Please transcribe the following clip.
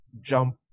jump